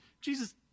Jesus